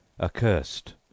accursed